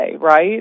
right